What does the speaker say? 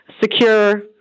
Secure